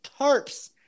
tarps